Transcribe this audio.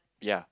yea